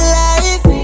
life